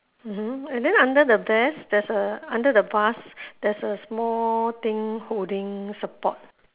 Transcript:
mmhmm and then under the vase there's a under the vase there's a small thing holding support